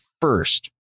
first